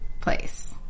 place